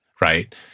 right